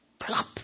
plop